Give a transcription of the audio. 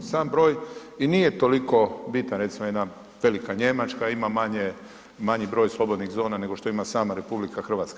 Sam broj i nije toliko bitan, recimo jedna velika Njemačka ima manje, manji broj slobodnih zona nego što ima sama RH.